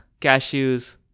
cashews